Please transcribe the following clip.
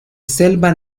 selva